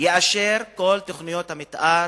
יאשר את כל תוכניות המיתאר,